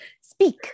Speak